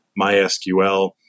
MySQL